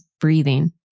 breathing